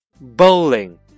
bowling